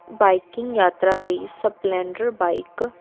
biking ਯਾਤਰਾ ਲਈ Splendor bike